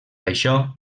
això